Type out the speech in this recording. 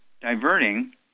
diverting